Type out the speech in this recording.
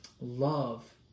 love